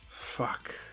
Fuck